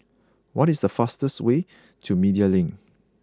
what is the fastest way to Media Link